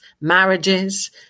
marriages